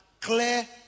clear